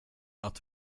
att